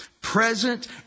present